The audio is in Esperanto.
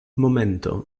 momento